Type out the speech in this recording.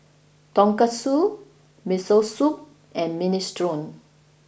Tonkatsu Miso Soup and Minestrone